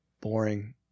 boring